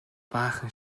баахан